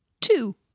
Two